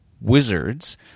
wizards